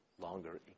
longer